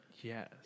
Yes